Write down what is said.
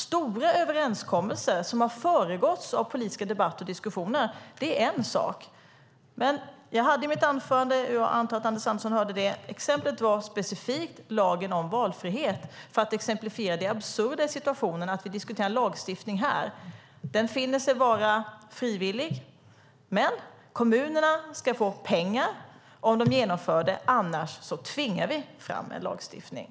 Stora överenskommelser som har föregåtts av politiska debatter och diskussioner är en sak. Men jag nämnde i mitt anförande, och jag antar att Anders Andersson hörde det, specifikt lagen om valfrihet för att exemplifiera det absurda i situationen att vi diskuterar en lagstiftning här. Lagen om valfrihetssystem ska vara frivillig. Kommunerna ska dock få pengar om man genomför den, annars tvingar vi fram en lagstiftning.